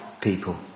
people